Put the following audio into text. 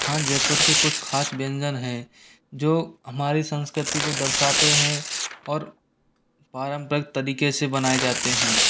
हाँ जयपुर के कुछ खास व्यंजन हैं जो हमारी संस्कृति को दर्शाते हैं और पारंपरिक तरीके से बनाए जाते हैं